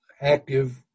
active